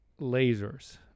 lasers